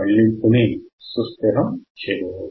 మళ్లింపుని సుస్టిరము చేయవచ్చు